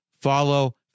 follow